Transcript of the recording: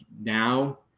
now